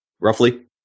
roughly